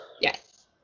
Yes